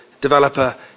developer